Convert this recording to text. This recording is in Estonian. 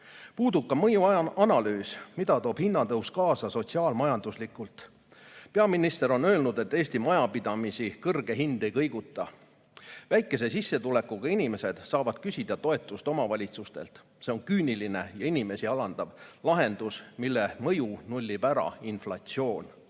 Puudub ka mõjuanalüüs, mida toob hinnatõus kaasa sotsiaal-majanduslikult. Peaminister on öelnud, et Eesti majapidamisi kõrge hind ei kõiguta. Väikese sissetulekuga inimesed saavad küsida toetust omavalitsustelt. See on küüniline ja inimesi alandav lahendus, mille mõju nullib ära inflatsioon. Elektri